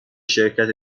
شرکت